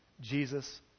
Jesus